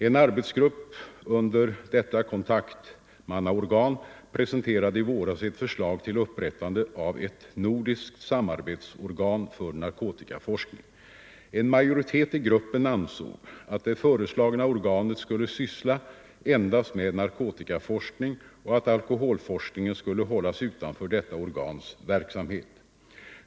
En arbetsgrupp under detta kontaktmannaorgan presenterade i våras ett förslag till upprättande av ett nordiskt samarbetsorgan för narkotikaforskning. En majoritet i gruppen ansåg att det föreslagna organet skulle syssla endast med narkotikaforskning och att alkoholforskningen skulle hållas utanför detta organs verksamhet.